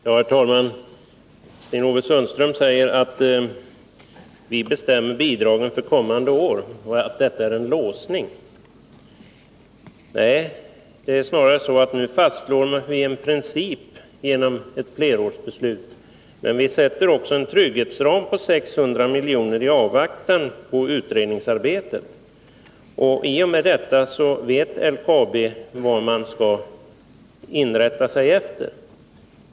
Herr talman! Sten-Ove Sundström säger att vi bestämmer bidragen för kommande år, och att detta är en låsning. Nej, det är snarare så att vi nu fastslår en princip genom ett flerårsbeslut. Men vi sätter också upp en trygghetsram på 600 milj.kr. i avvaktan på utredningsarbetet. I och med detta vet LKAB vad det skall inrätta sig efter.